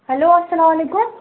hello اسلام علیکُم